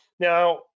Now